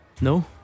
No